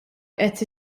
qed